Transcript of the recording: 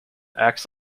acts